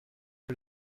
que